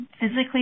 physically